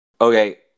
Okay